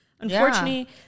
unfortunately